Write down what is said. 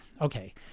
okay